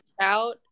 out